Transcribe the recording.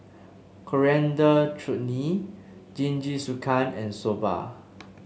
Coriander Chutney Jingisukan and Soba